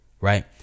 Right